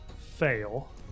fail